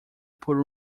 por